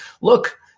look